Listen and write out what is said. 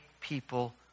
people